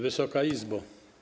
Wysoka Izbo!